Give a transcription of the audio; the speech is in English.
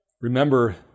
remember